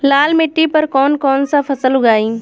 लाल मिट्टी पर कौन कौनसा फसल उगाई?